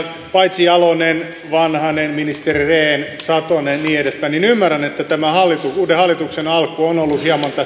paitsi jalonen vanhanen ministeri rehn satonen ja niin edespäin että tämän uuden hallituksen alku on ollut tässä hieman